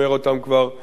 זמן לא מועט,